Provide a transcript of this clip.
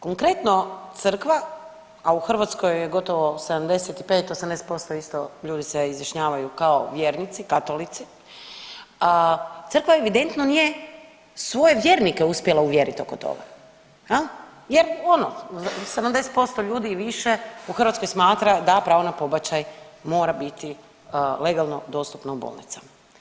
Konkretno crkva, a u Hrvatskoj je gotovo 75-80% isto ljudi se izjašnjavaju kao vjernici katolici, crkva evidentno nije svoje vjernike uspjela uvjerit oko toga jel jer ono 70% ljudi i više u Hrvatskoj smatra da pravo na pobačaj mora biti legalno dostupno u bolnicama.